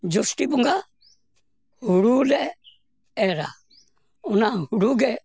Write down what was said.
ᱡᱚᱥᱴᱤ ᱵᱚᱸᱜᱟ ᱦᱳᱲᱳᱞᱮ ᱮᱻᱨᱟ ᱚᱱᱟ ᱦᱳᱲᱳᱜᱮ